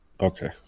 Okay